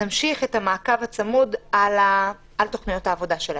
נמשיך המעקב הצמוד על תוכניות העבודה שלהן.